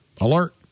Alert